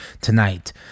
tonight